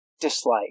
dislike